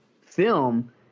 film